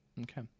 Okay